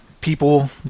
people